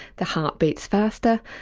the heart beats faster,